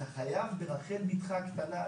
יש גם ענין של תכנון התנהגות.